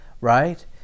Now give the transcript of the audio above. right